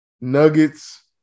Nuggets